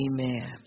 Amen